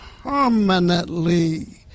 permanently